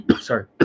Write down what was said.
sorry